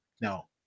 no